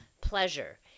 pleasure